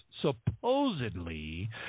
supposedly